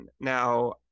Now